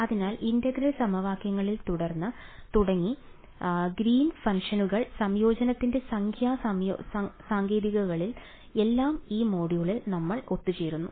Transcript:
അതിനാൽ ഇന്റഗ്രൽ സമവാക്യങ്ങളിൽ തുടങ്ങി ഗ്രീനിന്റെ ഫംഗ്ഷനുകൾ Green's function സംയോജനത്തിന്റെ സംഖ്യാ സാങ്കേതികതകൾ എല്ലാം ഈ മൊഡ്യൂളിൽ ഒത്തുചേരുന്നു